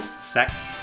sex